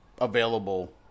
available